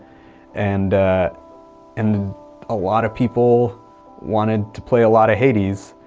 and and a lot of people wanted to play a lot of hades.